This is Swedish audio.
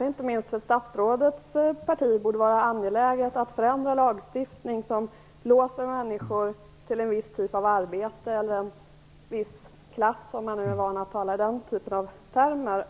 inte minst för statsrådets parti, borde vara angeläget att förändra lagstiftning som låser människor till en viss typ av arbete eller en viss klass, om man talar i de termerna.